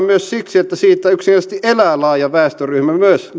siksi että siitä yksinkertaisesti elää laaja väestöryhmä myös